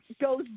goes